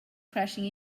crashing